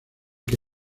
que